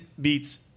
beats